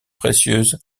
précieuses